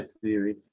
theory